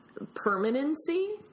permanency